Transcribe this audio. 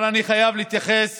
אבל אני חייב להתייחס